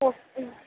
okay